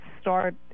start